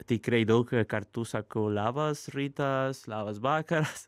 tikrai daug kartų sakau labas rytas labas vakaras